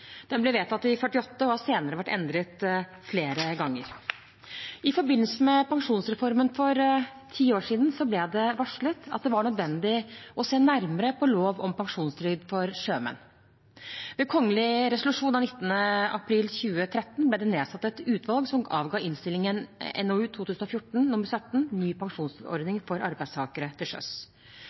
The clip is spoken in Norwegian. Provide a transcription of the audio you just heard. ble vedtatt i 1948 og har senere vært endret flere ganger. I forbindelse med pensjonsreformen for ti år siden ble det varslet at det var nødvendig å se nærmere på lov om pensjonstrygd for sjømenn. Ved kgl.res. av 19. april 2013 ble det nedsatt et utvalg som avga innstilling NOU 2014: 17, ny pensjonsordning for arbeidstakere til sjøs.